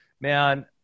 man